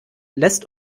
lässt